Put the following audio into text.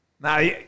Now